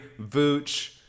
Vooch